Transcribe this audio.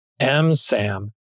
MSAM